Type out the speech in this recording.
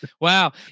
wow